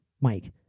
Mike